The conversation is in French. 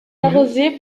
arrosée